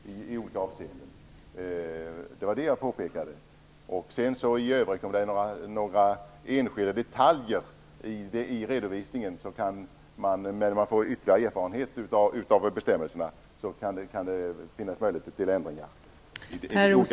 Om det i övrigt, när man får ytterligare erfarenheter av bestämmelserna, finns några enskilda detaljer i redovisningen som behöver ändras kan det finnas möjligheter till det.